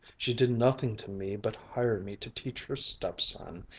she did nothing to me but hire me to teach her stepson,